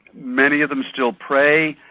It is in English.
many of them still pray,